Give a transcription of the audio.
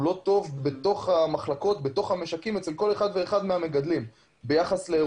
הוא לא טוב במשקים אצל כל אחד ואחד מהמגדלים ביחס לאירופה.